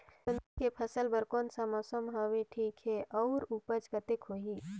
जोंदरी के फसल बर कोन सा मौसम हवे ठीक हे अउर ऊपज कतेक होही?